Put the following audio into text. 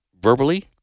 verbally